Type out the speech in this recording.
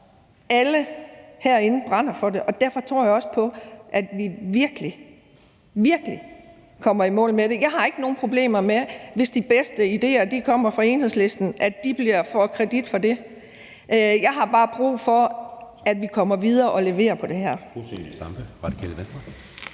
alle herinde brænder for det. Derfor tror jeg også på, at vi virkelig, virkelig kommer i mål med det. Jeg har ikke nogen problemer med det, hvis de bedste idéer kommer fra Enhedslisten og de får kredit for det. Jeg har bare brug for, at vi kommer videre og leverer på det her.